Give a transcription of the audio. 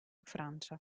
francia